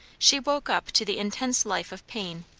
she woke up to the intense life of pain,